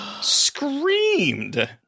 screamed